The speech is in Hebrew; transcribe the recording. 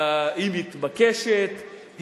היא מתבקשת,